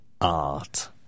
Art